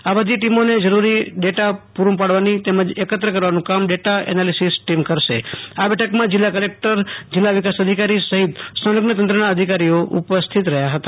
આ બધી ટીમોને જરૂરી ડેટા વગેરે પૂર્ડુ પાડવાની તેમજ એકત્ર કરવાનું કામ ડેટા એનાલિસીસ ટીમ કરશે આ બેઠકમાં જીલ્લા કલેક્ટર જીલ્લા વિકાસ અધિકારી સહિત સંલઝ્ન તંત્રના અધિકારીઓ ઉપસ્થિત રહ્યા હતા